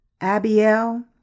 Abiel